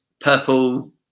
purple